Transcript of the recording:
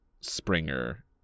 Springer